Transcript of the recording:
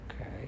Okay